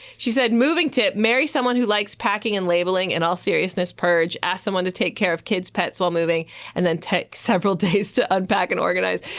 she said, moving tip. marry someone who likes packing and labeling. in and all seriousness, purge. ask someone to take care of kids, pets while moving and then take several days to unpack and organize.